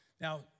Now